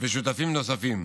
ושותפים נוספים,